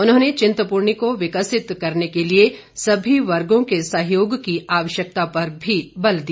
उन्होंने चिंतपूर्णी को विकसित करने के लिए सभी वर्गों के सहयोग की आवश्यकता पर भी बल दिया